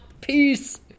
peace